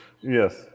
Yes